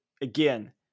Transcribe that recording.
again